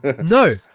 no